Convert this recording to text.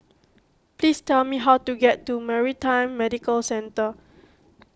please tell me how to get to Maritime Medical Centre